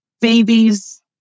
babies